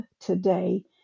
today